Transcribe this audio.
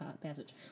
passage